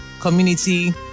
community